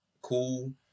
cool